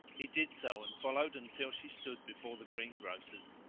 he did so and followed until she stood before the greengrocer's,